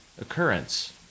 occurrence